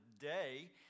day